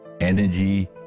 Energy